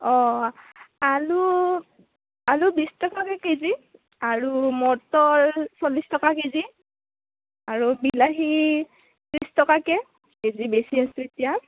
অঁ আলু আলু বিছ টকাকৈ কেজি আৰু মটৰ চল্লিছ টকা কেজি আৰু বিলাহী ত্ৰিছ টকাকৈ কেজি বেচি আছোঁ এতিয়া